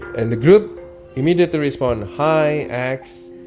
and the group immediately respond, hi, x.